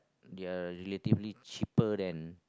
they are relatively cheaper than